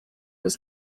was